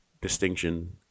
distinction